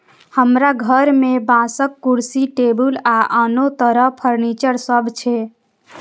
हमरा घर मे बांसक कुर्सी, टेबुल आ आनो तरह फर्नीचर सब छै